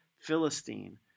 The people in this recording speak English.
Philistine